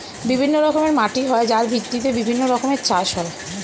বিভিন্ন রকমের মাটি হয় যার ভিত্তিতে বিভিন্ন রকমের চাষ হয়